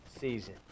season